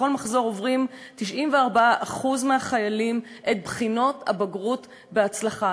בכל מחזור עוברים 94% מהחיילים את בחינות הבגרות בהצלחה.